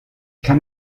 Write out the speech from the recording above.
kann